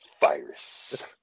virus